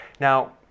Now